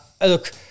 Look